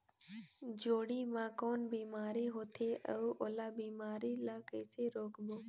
जोणी मा कौन बीमारी होथे अउ ओला बीमारी ला कइसे रोकबो?